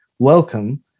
Welcome